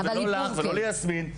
לא לך ולא ליסמין.